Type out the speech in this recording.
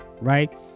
right